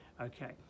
Okay